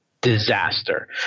disaster